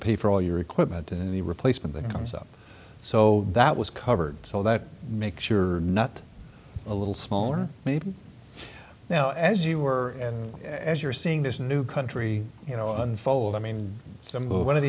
pay for all your equipment in the replacement that comes up so that was covered so that make sure not a little small or maybe now as you were and as you're seeing this new country you know unfold i mean some o